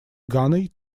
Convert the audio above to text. ганой